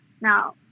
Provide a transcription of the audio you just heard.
Now